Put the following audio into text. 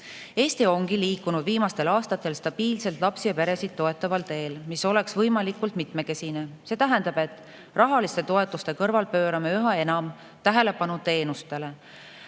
ongi viimastel aastatel stabiilselt liikunud lapsi ja peresid toetaval teel, mis oleks võimalikult mitmekesine. See tähendab, et rahaliste toetuste kõrval pöörame üha enam tähelepanu teenustele,